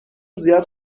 زیاد